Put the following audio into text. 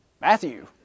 Matthew